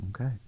Okay